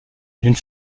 d’une